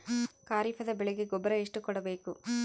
ಖರೀಪದ ಬೆಳೆಗೆ ಗೊಬ್ಬರ ಎಷ್ಟು ಕೂಡಬೇಕು?